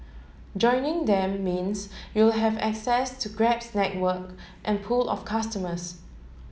joining them means you'll have access to Grab's network and pool of customers